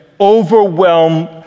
overwhelm